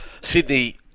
Sydney